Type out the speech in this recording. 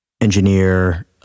engineer